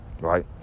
Right